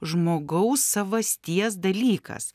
žmogaus savasties dalykas